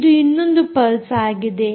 ಇದು ಇನ್ನೊಂದು ಪಲ್ಸ್ ಆಗಿದೆ